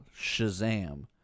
Shazam